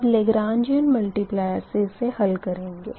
अब Lagrangian multiplier से इसे हल करेंगे